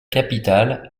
capitale